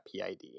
PID